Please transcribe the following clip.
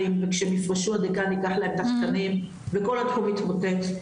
וכשהם יפרשו הדיקן ייקח להם את החתמים וכל התחום יתמוטט,